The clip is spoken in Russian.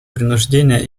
принуждения